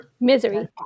Misery